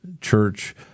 church